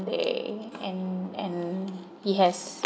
they and and he has